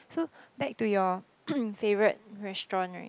so back to your favourite restaurant right